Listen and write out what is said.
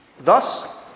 Thus